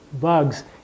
Bugs